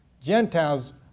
Gentiles